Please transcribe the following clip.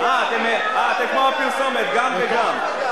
אתם כמו הפרסומת, "גם וגם".